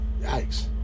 Yikes